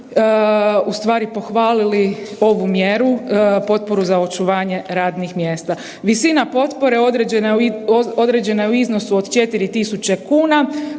ustvari pohvalili ovu mjeru potporu za očuvanje radnih mjesta. Visina potpore određena je u iznosu od 4.000 kuna